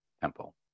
temple